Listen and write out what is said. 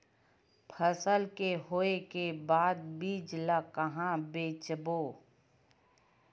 फसल के होय के बाद बीज ला कहां बेचबो?